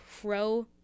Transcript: pro